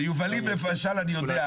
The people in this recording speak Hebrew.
ביובלים למשל אני יודע.